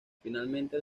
finalmente